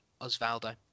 Osvaldo